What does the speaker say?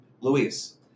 Luis